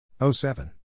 07